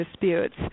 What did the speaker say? Disputes